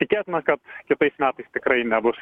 tikėtina kad kitais metais tikrai nebus